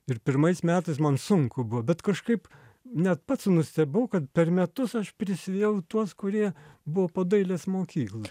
ir pirmais metais man sunku buvo bet kažkaip net pats nustebau kad per metus aš prisivijau tuos kurie buvo po dailės mokyklų